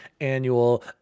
annual